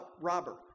robber